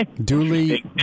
Duly